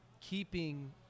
keeping